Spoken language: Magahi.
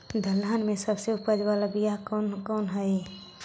दलहन में सबसे उपज बाला बियाह कौन कौन हइ?